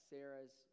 Sarah's